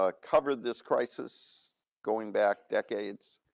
ah covered this crisis going back decades,